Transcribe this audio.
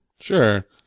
Sure